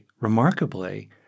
remarkably